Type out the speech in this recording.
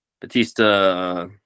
Batista